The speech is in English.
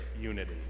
unity